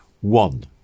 One